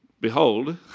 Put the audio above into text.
Behold